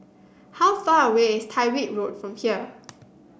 how far away is Tyrwhitt Road from here